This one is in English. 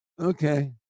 okay